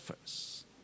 first